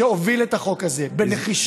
שהוביל את החוק הזה בנחישות,